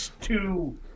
two